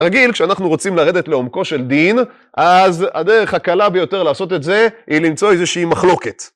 רגיל כשאנחנו רוצים לרדת לעומקו של דין, אז הדרך הקלה ביותר לעשות את זה היא למצוא איזושהי מחלוקת.